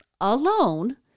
alone